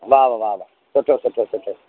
वाह वाह वाह सुठो सुठो सुठो